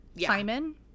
Simon